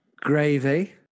Gravy